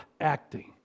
acting